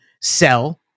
sell